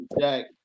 Jack